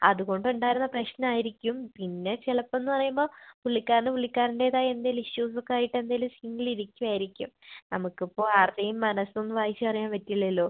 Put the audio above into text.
അതുകൊണ്ട് ഉണ്ടായിരുന്ന പ്രശ്നം ആയിരിക്കും പിന്നെ ചിലപ്പംന്ന് പറയുമ്പം പുള്ളിക്കാരന് പുള്ളിക്കാരൻ്റെതായ എന്തേലും ഇഷ്യൂസൊക്കെ ആയിട്ട് എന്തേലും ഫീലിൽ ഇരിക്കുവായിരിക്കും നമുക്കിപ്പം ആരുടേയും മനസൊന്നും വായിച്ചറിയാൻ പറ്റില്ലല്ലോ